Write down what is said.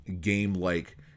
game-like